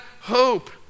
hope